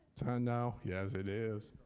now? yes, it is.